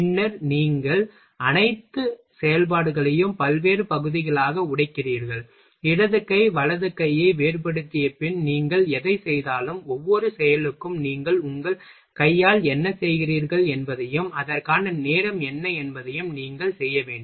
பின்னர் நீங்கள் அனைத்து செயல்பாடுகளையும் பல்வேறு பகுதிகளாக உடைக்கிறீர்கள் இடது கை வலது கையை வேறுபடுத்திய பின் நீங்கள் எதைச் செய்தாலும் ஒவ்வொரு செயலுக்கும் நீங்கள் உங்கள் கையால் என்ன செய்கிறீர்கள் என்பதையும் அதற்கான நேரம் என்ன என்பதையும் நீங்கள் செய்ய வேண்டும்